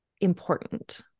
important